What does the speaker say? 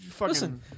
Listen